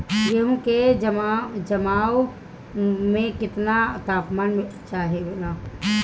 गेहू की जमाव में केतना तापमान चाहेला?